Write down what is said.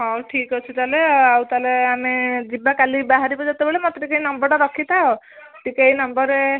ହଉ ଠିକ୍ଅଛି ତାହେଲେ ଆଉ ତାହେଲେ ଆମେ ଯିବା କାଲି ବାହାରିବ ଯେତେବେଳେ ମୋତେ ଟିକିଏ ଏଇ ନମ୍ବର୍ଟା ରଖିଥାଅ ଟିକେ ଏଇ ନମ୍ବର୍ରେ